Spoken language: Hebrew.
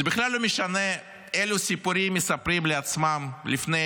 זה בכלל לא משנה אלו סיפורים מספרים לעצמם לפני